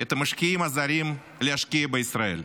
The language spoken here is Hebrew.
את המשקיעים הזרים להשקיע בישראל.